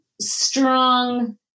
strong